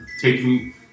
taking